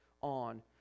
on